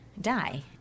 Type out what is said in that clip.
die